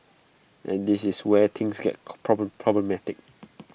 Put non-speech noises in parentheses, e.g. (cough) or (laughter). and this is where things get (hesitation) problem problematic